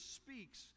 speaks